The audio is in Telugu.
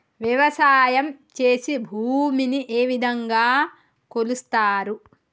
వ్యవసాయం చేసి భూమిని ఏ విధంగా కొలుస్తారు?